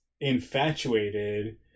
infatuated